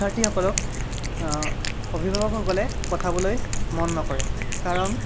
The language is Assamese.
শিক্ষাৰ্থীসকলক অভিভাৱকসকলে পঠাবলৈ মন নকৰে কাৰণ